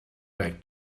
back